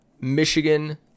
Michigan